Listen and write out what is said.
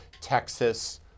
Texas